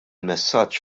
messaġġ